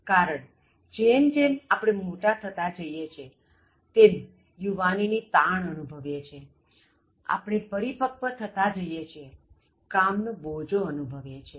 કારણ જેમ જેમ આપણે મોટા થતા જઇએ છીએ તેમ યુવાની ની તાણ અનુભવીએ છીએઆપણે પરિપક્વ થતા જઇએ છીએ કામનો બોજો અનુભવીએ છીએ